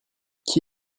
qui